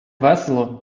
весело